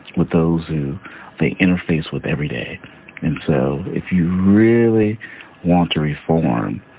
with those who they interface with every day and so, if you really want to reform